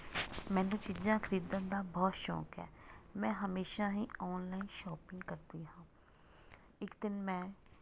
ਮੈਨੂੰ ਚੀਜ਼ਾਂ ਖਰੀਦਣ ਦਾ ਬਹੁਤ ਸ਼ੌਕ ਹੈ ਮੈਂ ਹਮੇਸ਼ਾ ਹੀ ਔਨਲਾਈਨ ਸ਼ਾਪਿੰਗ ਕਰਦੀ ਹਾਂ ਇੱਕ ਦਿਨ ਮੈਂ